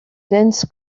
dense